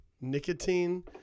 nicotine